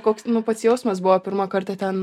koks pats jausmas buvo pirmą kartą ten